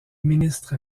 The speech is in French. ministre